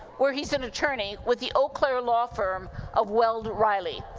where he is an attorney with the eau claire law firm of weld riley.